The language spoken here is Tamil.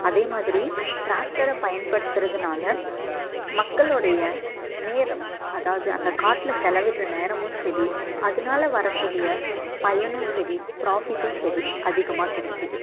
அதே மாதிரி டிராக்டரை பயன்படுத்துறதுனால் மக்களுடைய நேரம் அதாவது அந்த காட்டில் செலவிடுகிற நேரமும் சரி அதுனால வரக்கூடிய பயனும் சரி ப்ராஃபிட்டும் சரி அதிகமாக கிடைக்குது